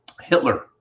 Hitler